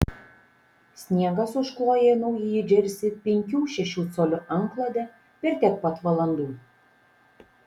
sniegas užkloja naująjį džersį penkių šešių colių antklode per tiek pat valandų